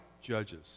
judges